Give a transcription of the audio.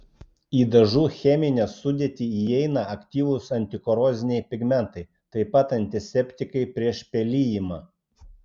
į dažų cheminę sudėtį įeina aktyvūs antikoroziniai pigmentai taip pat antiseptikai prieš pelijimą